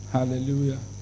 Hallelujah